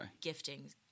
gifting